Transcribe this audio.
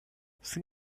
see